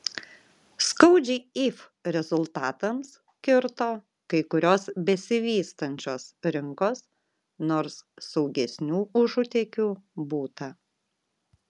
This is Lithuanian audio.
skaudžiai if rezultatams kirto kai kurios besivystančios rinkos nors saugesnių užutėkių būta